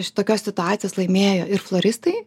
iš tokios situacijos laimėjo ir floristai